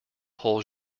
whole